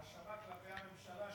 ההאשמה כלפי הממשלה,